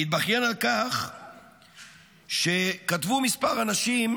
והתבכיין על כך שמספר אנשים